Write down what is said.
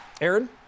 Aaron